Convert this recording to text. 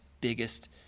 biggest